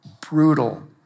brutal